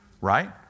right